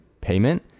payment